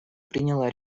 приняло